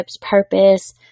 purpose